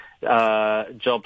jobs